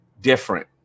different